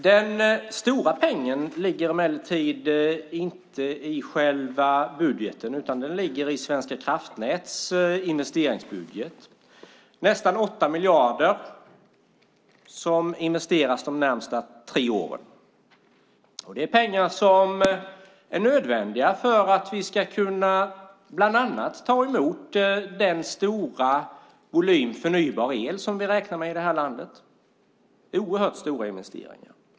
Den stora pengen ligger emellertid inte i själva budgeten, utan den ligger i Svenska Kraftnäts investeringsbudget. Nästan 8 miljarder investeras de närmaste tre åren. Det är pengar som är nödvändiga för att vi bland annat ska kunna ta emot den stora volym förnybar el som vi räknar med i det här landet. Det är oerhört stora investeringar.